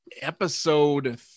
episode